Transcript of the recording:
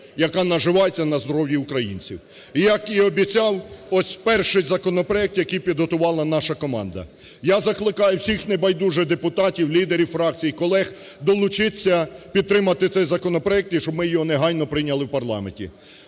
яка наживається на здоров'ї українців. І як я і обіцяв, ось перший законопроект, який підготувала наша команда. Я закликаю всіх небайдужих депутатів, лідерів фракцій, колег долучитися підтримати цей законопроект і щоб ми його негайно прийняли в парламенті.